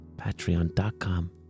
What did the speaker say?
Patreon.com